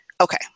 okay